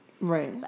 Right